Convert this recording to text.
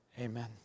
amen